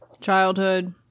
childhood